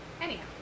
Anyhow